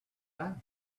back